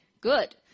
good